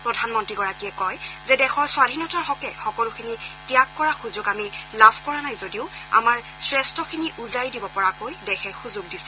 প্ৰধানমন্ত্ৰীগৰাকীয়ে কয় যে দেশৰ স্বাধীনতাৰ হকে সকলোখিনি ত্যাগ কৰাৰ সুযোগ আমি লাভ কৰা নাই যদিও আমাৰ শ্ৰেষ্ঠখিনি উজাৰি দিব পৰাকৈ দেশে সুযোগ দিছে